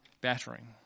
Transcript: battering